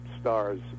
stars